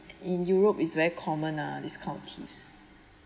in europe is very common ah this kind of thieves